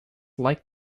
like